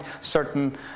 certain